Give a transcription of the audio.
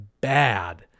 bad